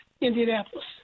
Indianapolis